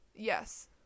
yes